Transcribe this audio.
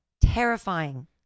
Terrifying